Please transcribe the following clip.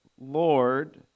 Lord